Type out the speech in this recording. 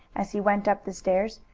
as he went up the stairs,